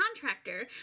contractor